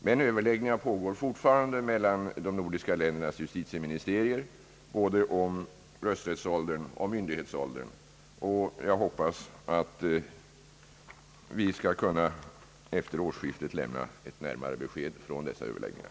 Men överläggningar pågår fortfarande mellan de nordiska ländernas justitieministerier, både om rösträttsåldern och om myndighetsåldern. Jag hoppas att vi efter årsskiftet skall kunna lämna närmare besked från dessa överläggningar.